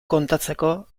kontatzeko